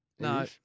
No